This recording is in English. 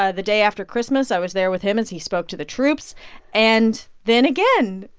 ah the day after christmas i was there with him as he spoke to the troops and, then again,